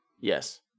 Yes